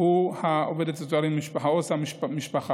הוא העובדת סוציאלית במשפחה, עו"ס המשפחה.